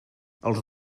els